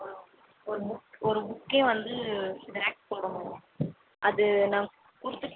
ஒ ஒரு புக் ஒரு புக்கே வந்து ஜெராக்ஸ் போடணும் அது நான் கொடுத்துட்டு